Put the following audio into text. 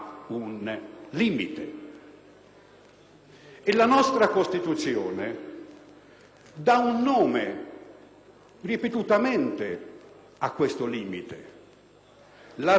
dà un nome, ripetutamente, a questo limite. L'articolo 32 chiama questo limite rispetto della persona umana;